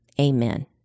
Amen